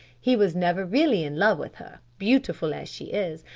he was never really in love with her, beautiful as she is,